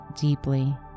deeply